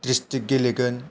district गेलेगोन